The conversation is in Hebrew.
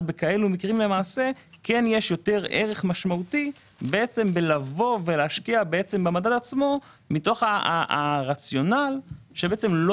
במקרים כאלה יש ערך יותר משמעותי להשקיע במדד עצמו מתוך רציונל שלא